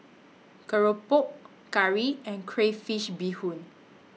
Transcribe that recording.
Keropok Curry and Crayfish Beehoon